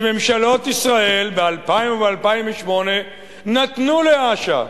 שממשלות ישראל ב-2000 וב-2008 נתנו לאש"ף,